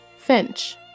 Finch